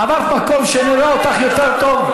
עברת מקום, שאני אראה אותך יותר טוב.